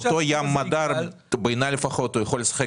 אותו ים אדר בעיניי לפחות הוא יכול לשחק